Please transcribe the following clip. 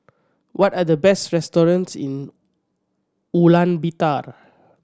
what are the best restaurants in Ulaanbaatar